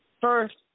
first